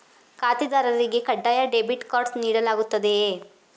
ಖಾತೆದಾರರಿಗೆ ಕಡ್ಡಾಯ debit card ನೀಡಲಾಗುತ್ತದೆಯೇ?